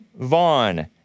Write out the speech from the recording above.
Vaughn